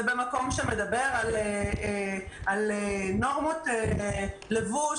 זה במקום שמדבר על נורמות לבוש,